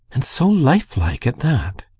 and so lifelike at that!